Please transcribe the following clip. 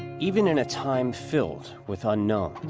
even in a time filled with unknown